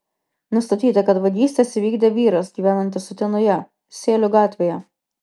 nustatyta kad vagystes įvykdė vyras gyvenantis utenoje sėlių gatvėje